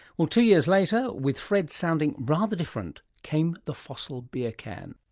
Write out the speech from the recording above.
well, two years later, with fred sounding rather different, came the fossil beer can.